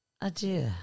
adieu